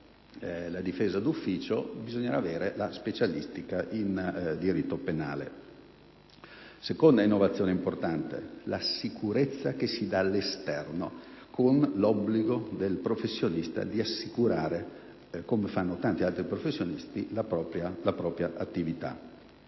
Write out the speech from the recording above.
la difesa d'ufficio bisognerà avere la specialistica in diritto penale. La seconda innovazione importante riguarda la sicurezza che si dà all'esterno, con l'obbligo per il professionista di assicurare, come fanno tanti altri professionisti, la propria attività.